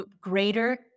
greater